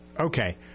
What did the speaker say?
Okay